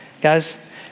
Guys